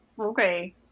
okay